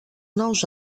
nous